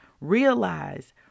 realize